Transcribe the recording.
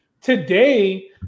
today